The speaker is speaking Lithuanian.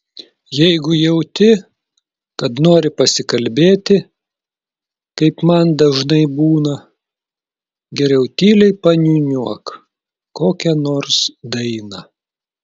jeigu jauti kad nori pasikalbėti kaip man dažnai būna geriau tyliai paniūniuok kokią nors dainą